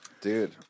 Dude